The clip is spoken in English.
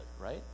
right